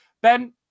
Ben